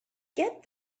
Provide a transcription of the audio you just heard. get